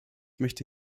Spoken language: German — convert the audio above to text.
möchte